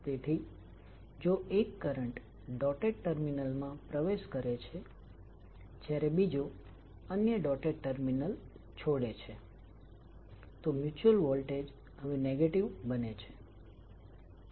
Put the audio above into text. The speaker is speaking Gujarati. તેથી જો એક કરંટ ડોટેડ ટર્મિનલમાં પ્રવેશ કરે છે જ્યારે બીજો અન્ય ડોટેડ ટર્મિનલ છોડે છે તો મ્યુચ્યુઅલ વોલ્ટેજ હવે નેગેટિવ બને છે